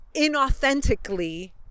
inauthentically